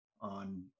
on